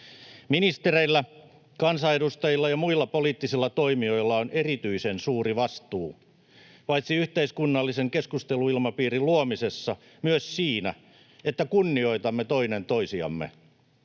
Ministereillä, kansanedustajilla ja muilla poliittisilla toimijoilla on erityisen suuri vastuu paitsi yhteiskunnallisen keskusteluilmapiirin luomisessa myös siinä, että kunnioitamme toinen toisiamme.